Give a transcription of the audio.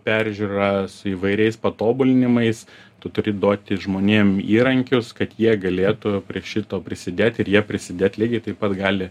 peržiūras įvairiais patobulinimais tu turi duoti žmonėm įrankius kad jie galėtų prie šito prisidėt ir jie prisidėt lygiai taip pat gali